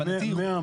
מי אמר?